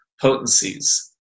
potencies